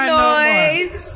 noise